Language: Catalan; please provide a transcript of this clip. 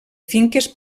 finques